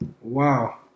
Wow